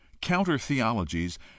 Counter-theologies